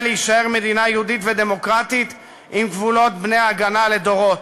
להישאר מדינה יהודית ודמוקרטית עם גבולות בני-הגנה לדורות.